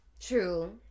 True